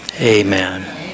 amen